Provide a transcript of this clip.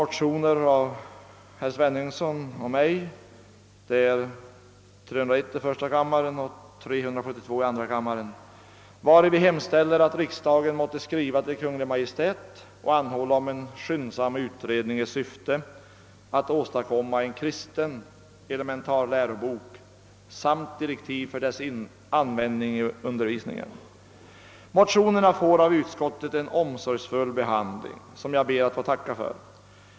och II:372 av mig. Vi hemställer där att riksdagen i skrivelse till Kungl. Maj:t måtte anhålla om skyndsam utredning i syfte att åstadkomma en kristen elementarlärobok samt direktiv för dess användning i undervisningen. Motionerna har omsorgsfullt behandlats av utskottet och jag ber att få tacka för det.